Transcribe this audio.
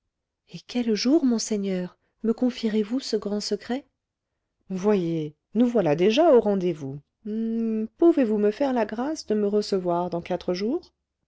et quel jour monseigneur me confierez vous ce grand secret voyez nous voilà déjà au rendez-vous pouvez-vous me faire la grâce de me recevoir dans quatre jours